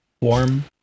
warm